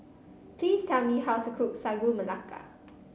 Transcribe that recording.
please tell me how to cook Sagu Melaka